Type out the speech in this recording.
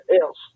else